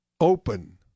Open